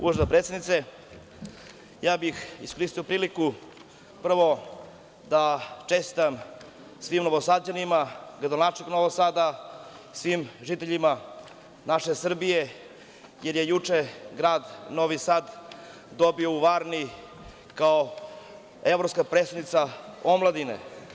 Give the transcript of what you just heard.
Uvažena predsednice, ja bih iskoristio priliku prvo da čestitam svim Novosađanima, gradonačelniku Novog Sada, svim žiteljima naše Srbije, jer je juče grad Novi Sad dobio u Varni kao evropska prestonica omladine.